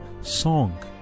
song